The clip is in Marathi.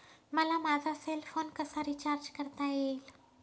मला माझा सेल फोन कसा रिचार्ज करता येईल?